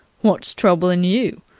what's troublin' you?